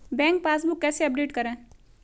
Bank passbook कैसे update करें?